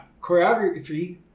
Choreography